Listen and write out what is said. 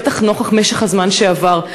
בטח נוכח משך הזמן שעבר.